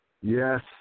Yes